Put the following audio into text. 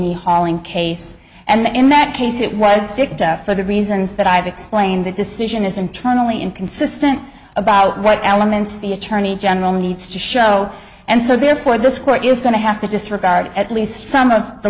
the halling case and in that case it was dick death for the reasons that i've explained the decision is internally inconsistent about what elements the attorney general needs to show and so therefore this court is going to have to disregard at least some of the